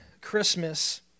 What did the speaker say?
Christmas